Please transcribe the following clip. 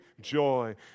joy